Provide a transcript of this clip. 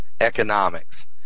economics